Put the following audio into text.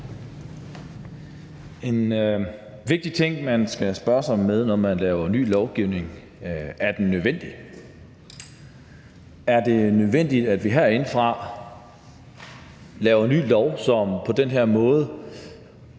En vigtig ting, man skal spørge sig selv om, når man laver ny lovgivning, er: Er den nødvendig? Er det nødvendigt, at vi herindefra laver en ny lov, som på den her måde